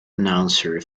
announcer